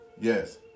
yes